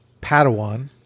Padawan